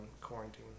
quarantine